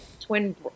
twin